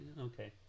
okay